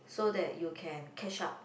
so that you can catch up